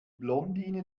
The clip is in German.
blondine